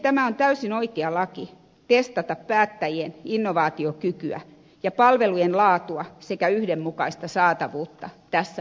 tämä on täysin oikea laki testata päättäjien innovaatiokykyä ja palvelujen laatua sekä yhdenmukaista saatavuutta tässä maassa